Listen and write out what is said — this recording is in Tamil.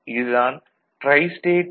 இது தான் ட்ரைஸ்டேட் டி